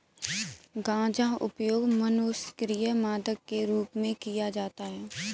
गांजा उपयोग मनोसक्रिय मादक के रूप में किया जाता है